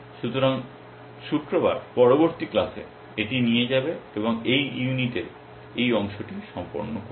সুতরাং শুক্রবার পরবর্তী ক্লাসে এটি নিয়ে যাবে এবং এই ইউনিটের এই অংশটি সম্পূর্ণ করবে